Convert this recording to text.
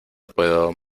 puedo